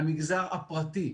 המגזר הפרטי,